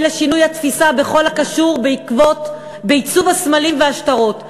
לשינוי התפיסה בכל הקשור בעיצוב הסמלים והשטרות.